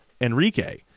Enrique